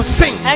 sing